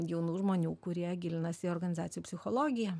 jaunų žmonių kurie gilinasi į organizacijų psichologiją